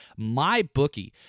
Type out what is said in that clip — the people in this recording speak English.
MyBookie